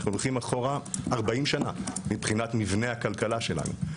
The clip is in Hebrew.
אנחנו הולכים אחורה 40 שנה מבחינת מבנה הכלכלה שלנו.